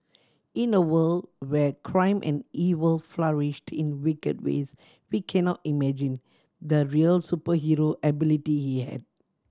in a world where crime and evil flourished in wicked ways we cannot imagine the real superhero ability he had